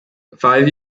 five